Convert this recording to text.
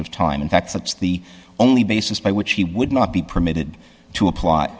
of time in fact that's the only basis by which he would not be permitted to apply